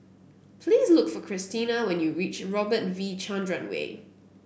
please look for Cristina when you reach Robert V Chandran Way